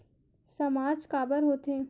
सामाज काबर हो थे?